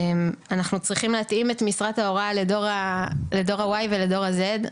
אנחנו צריכים להתאים את משרת ההוראה לדור ה-Y ולדור ה-Z.